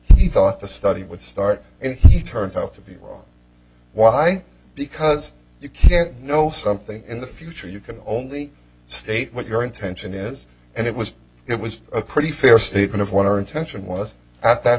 he thought the study would start and he turned out to be wrong why because you can't know something in the future you can only state what your intention is and it was it was a pretty fair statement of what our intention was at that